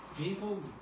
people